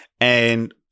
and-